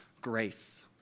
grace